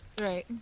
Right